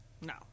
No